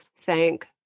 thank